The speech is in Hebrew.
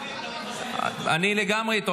--- אני לגמרי איתו.